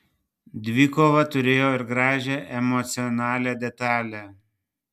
dvikova turėjo ir gražią emocionalią detalę